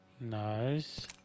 Nice